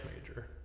major